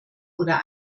oder